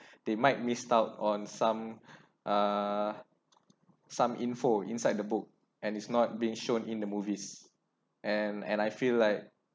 they might miss out on some uh some info inside the book and it's not been shown in the movies and and I feel like